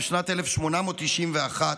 בשנת 1891,